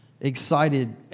excited